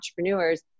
entrepreneurs